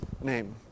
name